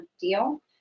deal